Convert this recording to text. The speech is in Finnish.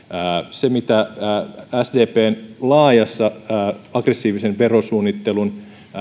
se mitä sdpn laajassa aggressiivisen verosuunnittelun